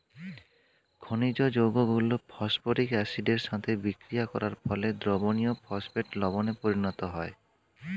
খনিজ যৌগগুলো ফসফরিক অ্যাসিডের সাথে বিক্রিয়া করার ফলে দ্রবণীয় ফসফেট লবণে পরিণত হয়